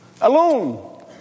Alone